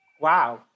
Wow